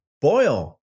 boil